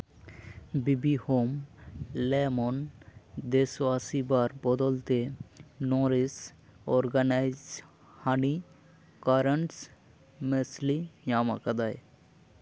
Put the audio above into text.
B ᱵᱤ ᱦᱳᱢ ᱞᱮᱢᱚᱱ ᱰᱮᱥᱳᱣᱟᱥᱤ ᱵᱟᱨ ᱵᱚᱫᱚᱞ ᱛᱮ ᱱᱳᱨᱮᱥ ᱚᱨᱜᱟᱱᱟᱭᱤᱥ ᱦᱟᱹᱱᱤ ᱠᱚᱨᱚᱱᱥ ᱢᱟᱥᱞᱤ ᱧᱟᱢ ᱟᱠᱟᱫᱟᱭ